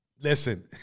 listen